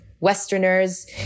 Westerners